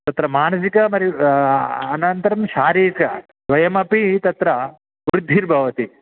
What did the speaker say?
तत्र मानसिकं मरि अनन्तरं शारीरिकं द्वयमपि तत्र वृद्धिर्भवति